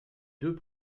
deux